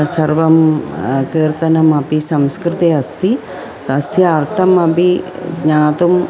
सर्वं कीर्तनमपि संस्कृते अस्ति तस्य अर्थम् अपि ज्ञातुम्